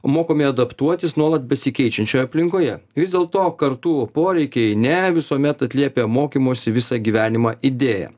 mokomi adaptuotis nuolat besikeičiančioje aplinkoje ir vis dėlto kartų poreikiai ne visuomet atliepia mokymosi visą gyvenimą idėją